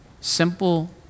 Simple